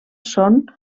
són